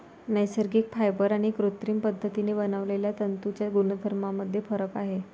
नैसर्गिक फायबर आणि कृत्रिम पद्धतीने बनवलेल्या तंतूंच्या गुणधर्मांमध्ये फरक आहे